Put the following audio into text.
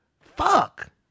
Fuck